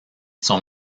son